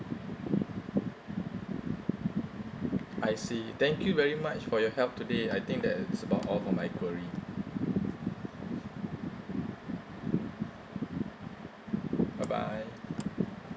I see thank you very much for your help today I think that's about all for my queries bye bye